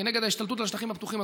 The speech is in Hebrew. כנגד ההשתלטות על השטחים הפתוחים,